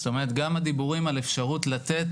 זאת אומרת, גם הדיבורים על אפשרות לתת